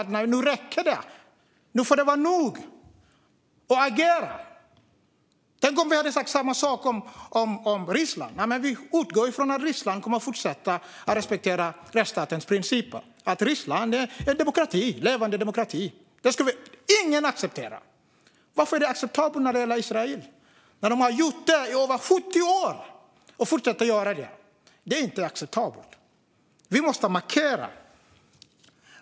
Innan man säger "Nej, nu räcker det! Nu får det vara nog!" och agerar? Tänk om vi hade sagt samma sak om Ryssland! "Vi utgår från att Ryssland kommer att fortsätta respektera rättsstatens principer och att Ryssland är en levande demokrati." Det skulle ingen acceptera! Varför är det acceptabelt när det gäller Israel? De har gjort det här i över 70 år och fortsätter att göra det. Det är inte acceptabelt. Vi måste markera.